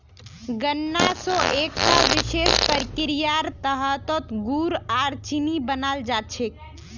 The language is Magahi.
गन्ना स एकता विशेष प्रक्रियार तहतत गुड़ आर चीनी बनाल जा छेक